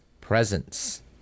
presence